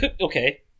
Okay